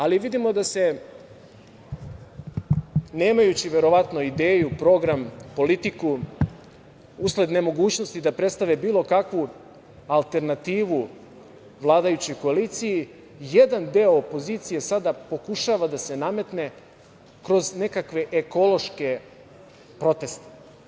Ali, vidimo da, nemajući verovatno ideju, program, politiku, usled nemogućnosti da predstave bilo kakvu alternativu vladajućoj koaliciji, jedan deo opozicije sada pokušava da se nametne kroz nekakve ekološke proteste.